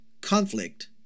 conflict